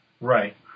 Right